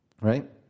Right